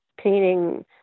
painting